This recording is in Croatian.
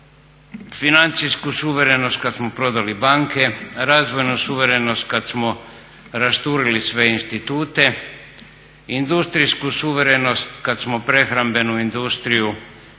financijsku suverenost kada smo prodali banke, razvojnu suverenost kada smo rasturili sve institute, industrijsku suverenost kada smo prehrambenu industriju